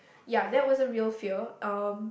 ya that was a real fear um